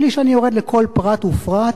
בלי שאני יורד לכל פרט ופרט.